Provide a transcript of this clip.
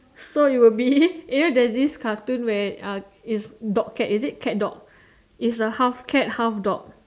so it will be you know there's this cartoon where uh it's dog cat is it cat dog it's a half cat half dog